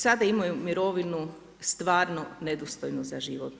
Sada imaju mirovinu stvarno nedostojnu za život.